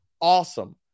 awesome